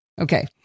Okay